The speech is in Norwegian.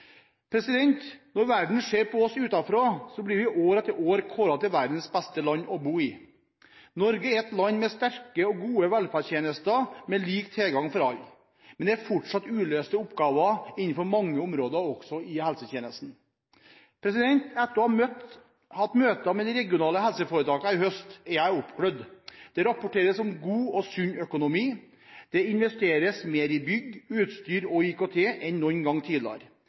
Når verden ser på oss utenfra, blir vi år etter år kåret til verdens beste land å bo i. Norge er et land med sterke og gode velferdstjenester med lik tilgang for alle. Men det er fortsatt uløste oppgaver innenfor mange områder – også i helsetjenesten. Etter å ha hatt møter med de regionale helseforetakene i høst, er jeg oppglødd. Det rapporteres om god og sunn økonomi. Det investeres mer i bygg, utstyr og IKT enn noen gang tidligere.